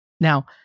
Now